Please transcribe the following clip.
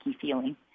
feeling